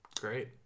Great